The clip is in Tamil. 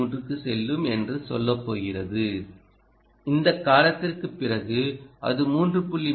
3 க்குச் செல்லும் என்று சொல்லப் போகிறது இந்த காலத்திற்குப் பிறகு அது 3